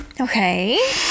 Okay